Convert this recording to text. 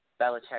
Belichick